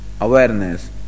awareness